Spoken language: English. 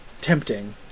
tempting